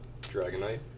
Dragonite